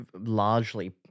largely